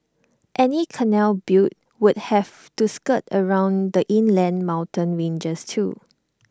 any canal built would have to skirt around the inland mountain ranges too